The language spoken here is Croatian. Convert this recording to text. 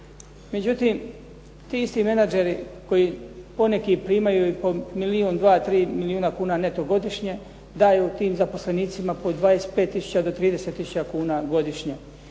Međutim, ti isti menadžeri koji poneki primaju i po milijun, dva, tri milijuna neto godišnje daju tim zaposlenicima po 25 do 30 tisuća kuna godišnje